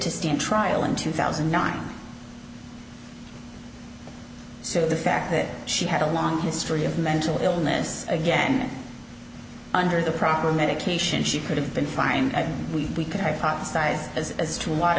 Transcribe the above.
to stand trial in two thousand and nine so the fact that she had a long history of mental illness again under the proper medication she could have been fine and we can hypothesize as